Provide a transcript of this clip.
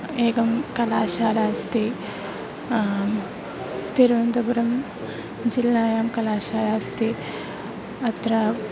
एकं कलाशाला अस्ति तिरुवन्तपुरं जिल्लायां कलाशाला अस्ति अत्र